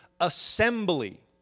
assembly